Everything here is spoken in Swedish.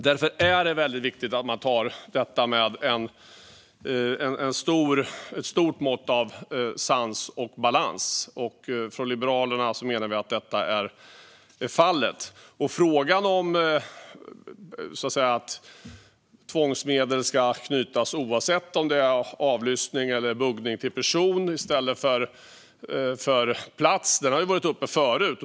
Därför är det väldigt viktigt att man tar detta med ett stort mått av sans och balans, och från Liberalerna menar vi att så är fallet. Frågan om huruvida tvångsmedel ska knytas till person i stället för plats, oavsett om det är avlyssning eller buggning, har varit uppe förut.